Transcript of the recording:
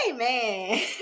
amen